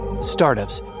Startups